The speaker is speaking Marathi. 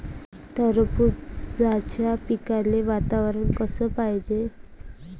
टरबूजाच्या पिकाले वातावरन कस पायजे?